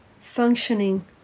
functioning